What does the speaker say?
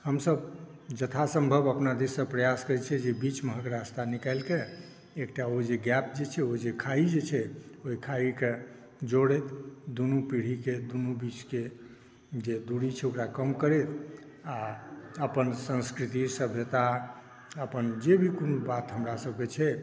हमसभ यथासम्भब अपना दिससॅं प्रयास करै छियै जे बीचमेहक़ रास्ता निकालिकऽ एकटा ओ जे गैप जे छै ओ जे खाई जे छै ओहि खाईक जोड़ैत दुनू पीढ़ीक बीचके जे दूरी छै ओकरा कम करैत आओर अपन संस्कृति सभ्यता अपन जे भी किओ प्राप्त हमरासभके छै